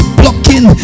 blocking